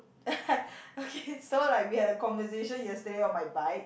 okay so like we had a conversation yesterday on my bike